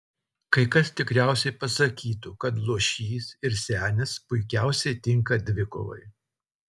kai kas tikriausiai pasakytų kad luošys ir senis puikiausiai tinka dvikovai